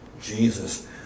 Jesus